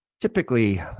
Typically